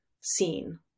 seen